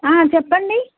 చెప్పండి